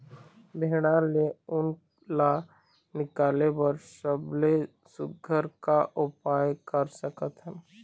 भेड़ा ले उन ला निकाले बर सबले सुघ्घर का उपाय कर सकथन?